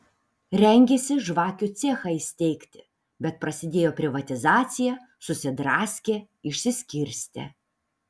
rengėsi žvakių cechą įsteigti bet prasidėjo privatizacija susidraskė išsiskirstė